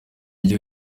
gihe